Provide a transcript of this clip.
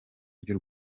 ry’u